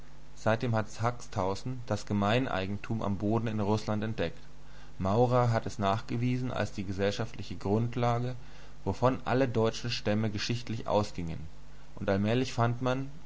seitdem hat haxthausen das gemeineigentum am boden in rußland entdeckt maurer hat es nachgewiesen als die gesellschaftliche grundlage wovon alle deutschen stämme geschichtlich ausgingen und allmählich fand man